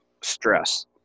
stress